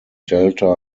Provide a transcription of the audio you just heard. delta